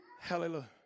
Hallelujah